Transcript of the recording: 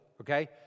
okay